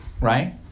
Right